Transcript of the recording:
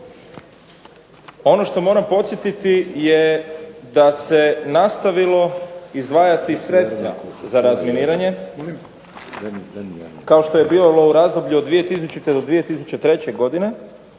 Ono što moram podsjetiti je da se nastavilo izdvajati sredstva za razminiranje, kao što je bilo u razdoblju od 2000. do 2003. godine,